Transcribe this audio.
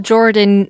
Jordan